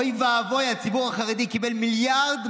אוי ואבוי, הציבור החרדי קיבל 1.2 מיליארד,